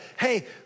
hey